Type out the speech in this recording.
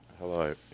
Hello